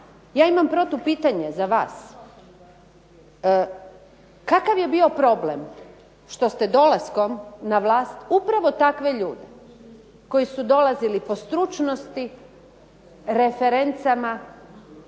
ja imam protupitanje za vas. Kakav je bio problem što ste dolaskom na vlast upravo takve ljude koji su dolazili po stručnosti, referencama,